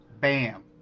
bam